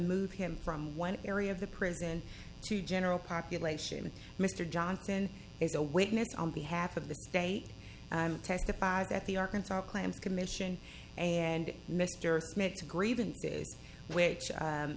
move him from one area of the prison to general population mr johnson is a witness on behalf of the state testified at the arkansas claims commission and mr smith's grievance which